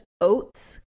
oats